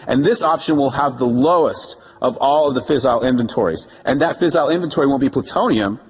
and this option will have the lowest of all the fissile inventories. and that fissile inventory won't be plutonium,